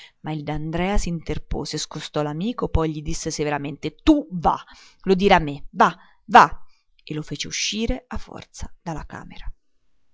ma il d'andrea s'interpose scostò l'amico poi gli disse severamente tu va lo dirà a me va va e lo fece uscire a forza dalla camera